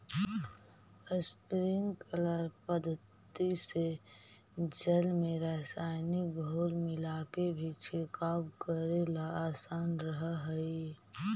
sprinkler पद्धति से जल में रसायनिक घोल मिलाके भी छिड़काव करेला आसान रहऽ हइ